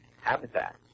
habitat